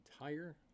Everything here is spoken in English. entire